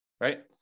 Right